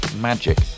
magic